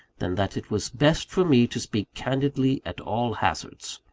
than that it was best for me to speak candidly at all hazards.